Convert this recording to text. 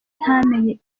ntamenye